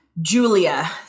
Julia